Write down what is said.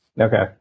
Okay